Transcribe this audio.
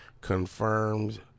confirmed